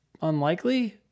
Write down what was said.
unlikely